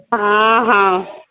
ହଁ ହଁ